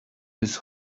his